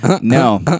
No